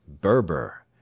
Berber